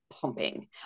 Pumping